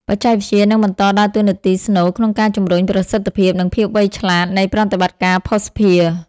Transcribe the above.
បច្ចេកវិទ្យានឹងបន្តដើរតួនាទីស្នូលក្នុងការជំរុញប្រសិទ្ធភាព និងភាពវៃឆ្លាតនៃប្រតិបត្តិការភស្តុភារ។